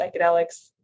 psychedelics